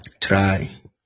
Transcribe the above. try